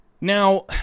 Now